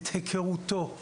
את היכרותו,